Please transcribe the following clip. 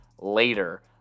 later